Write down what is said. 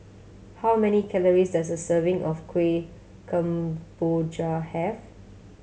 how many calories does a serving of Kueh Kemboja have